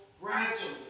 gradually